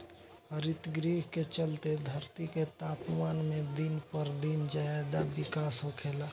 हरितगृह के चलते धरती के तापमान में दिन पर दिन ज्यादे बिकास होखेला